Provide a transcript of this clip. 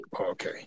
Okay